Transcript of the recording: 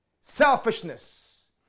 Selfishness